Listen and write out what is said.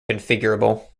configurable